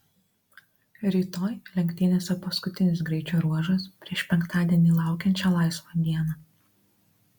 rytoj lenktynėse paskutinis greičio ruožas prieš penktadienį laukiančią laisvą dieną